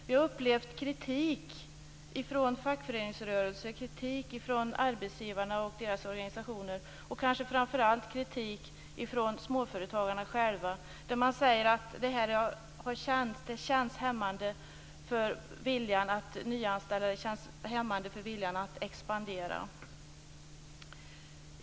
Vi har upplevt kritik från fackföreningsrörelsen, kritik från arbetsgivarna och deras organisationer och kanske framför allt kritik från småföretagarna själva. Man säger att det känns hämmande för viljan att nyanställa och expandera.